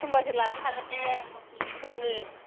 होनबासो लाबोनो हागोन नोङो हमो